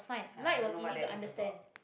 uh I don't know what that is about